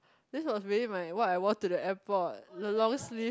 this was really my what I wore to the airport the long sleeve